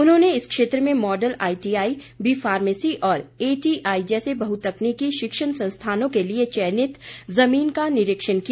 उन्होंने इस क्षेत्र में मॉडल आईटीआई बीफार्मेसी और एटीआई जैसे बहुतकनीकी शिक्षण संस्थानों के लिए चयनित जमीन का निरीक्षण किया